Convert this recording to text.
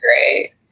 great